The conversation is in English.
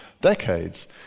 decades